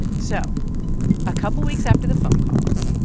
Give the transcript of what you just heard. and so a couple of weeks after the phone calls,